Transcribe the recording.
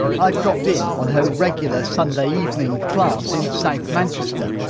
i've dropped in on her regular sunday evening class in south manchester,